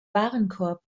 warenkorb